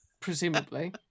Presumably